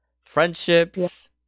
friendships